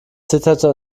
zitterte